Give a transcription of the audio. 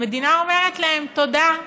המדינה אומרת להם: תודה,